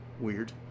Weird